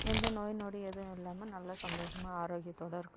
எந்த நோய் நொடி எதுவும் இல்லாமல் நல்ல சந்தோஷமாக ஆரோக்கியத்தோடு இருக்கலாம்